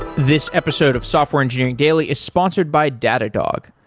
this episode of software engineering daily is sponsored by datadog.